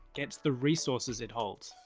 gets the resources it holds.